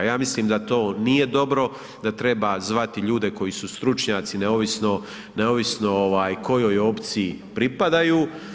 Ja mislim da to nije dobro, da treba zvati ljude koji su stručnjaci, neovisno kojoj opciji pripadaju.